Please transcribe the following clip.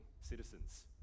citizens